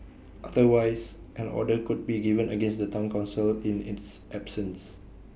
otherwise an order could be given against the Town Council in its absence